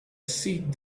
seat